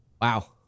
Wow